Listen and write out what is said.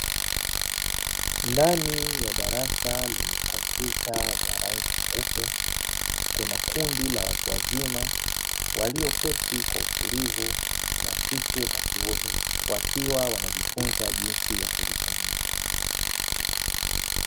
Ndani ya darasa lenye kompyuta zenye rangi nyeupe, kuna kundi la watu wazima walioketi kwa utulivu wakike na kiume, wakiwa wanajifunza jinsi ya kuzitumia.